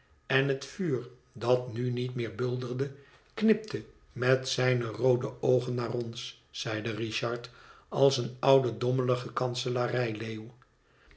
en het vuur dat nu niet meer bulderde knipte met zijne roode oogen naar ons zeide richard als een oude dommelige kanselarijleeuw